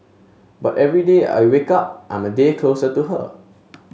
but every day I wake up I'm a day closer to her